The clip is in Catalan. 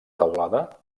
teulada